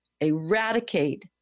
eradicate